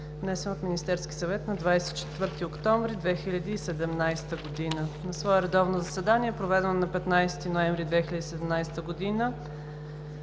внесен от Министерския съвет на 24 октомври 2017г. На свое редовно заседание, проведено на 15 ноември 2017 г.,